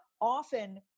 often